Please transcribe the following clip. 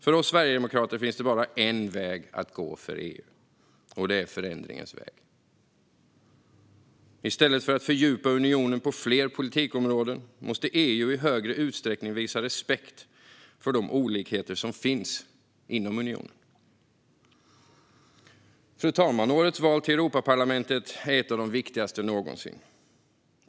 För oss Sverigedemokrater finns bara en väg att gå för EU, nämligen förändringens väg. I stället för att fördjupa unionen på fler politikområden måste EU i högre utsträckning visa respekt för de olikheter som finns inom unionen. Fru talman! Årets val till Europaparlamentet är ett av de viktigaste någonsin.